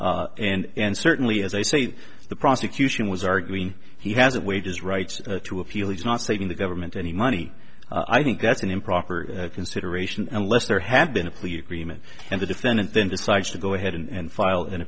sentence and certainly as i say the prosecution was arguing he hasn't weighed his rights to appeal he's not saying the government any money i think that's an improper consideration unless there had been a plea agreement and the defendant then decides to go ahead and file an